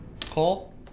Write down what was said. Cole